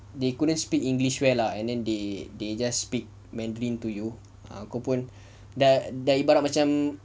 they couldn't speak english well lah and then they they just speak mandarin to you aku pun dah ibarat macam